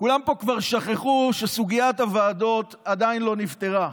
כולם פה כבר שכחו שסוגיית הוועדות עדיין לא נפתרה,